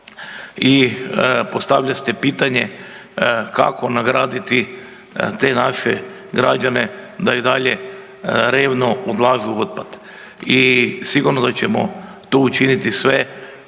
i postavlja se pitanje, kako nagraditi te naše građane da i dalje revno odlažu otpad. I sigurno da ćemo tu učiniti sve